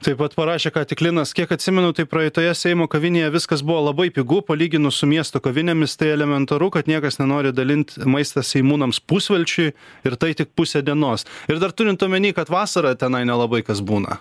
taip pat parašė ką tik linas kiek atsimenu tai praeitoje seimo kavinėje viskas buvo labai pigu palyginus su miesto kavinėmis tai elementaru kad niekas nenori dalint maistą seimūnams pusvelčiui ir tai tik pusę dienos ir dar turint omeny kad vasarą tenai nelabai kas būna